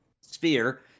sphere